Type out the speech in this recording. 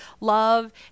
love